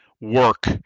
work